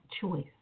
choice